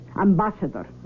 ambassador